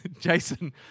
Jason